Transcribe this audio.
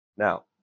Now